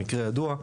המקרה הידוע.